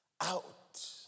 out